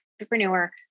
entrepreneur